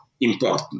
important